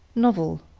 novel,